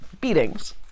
beatings